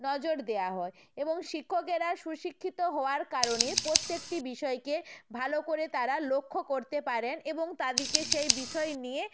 নজর দেয়া হয় এবং শিক্ষকেরা সুশিক্ষিত হওয়ার কারণে প্রত্যেকটি বিষয়কে ভালো করে তারা লক্ষ্য করতে পারেন এবং তাদিকে সেই বিষয় নিয়ে